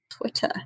twitter